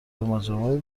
مجامع